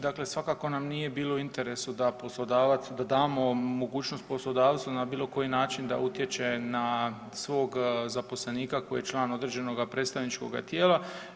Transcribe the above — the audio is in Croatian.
Dakle, svakako nam nije bilo u interesu da poslodavac, da damo mogućnost poslodavcu na bilo koji način da utječe na svog zaposlenika koji je član određenoga predstavničkoga tijela.